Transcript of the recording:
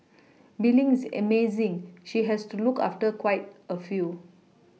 Bee Ling is amazing she has to look after quite a few